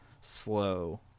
slow